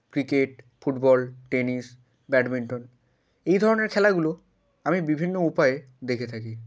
cricket football tennis badminton এই ধরনের খেলাগুলো আমি বিভিন্ন উপায়ে দেখে থাকি